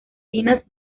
finas